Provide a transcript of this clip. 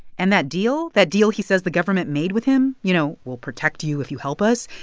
and that deal that deal he says the government made with him you know, we'll protect you if you help us?